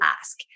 ask